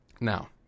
Now